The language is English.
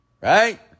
right